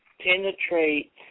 penetrate